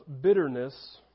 bitterness